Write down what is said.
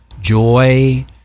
joy